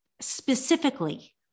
specifically